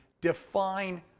define